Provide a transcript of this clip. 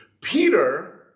Peter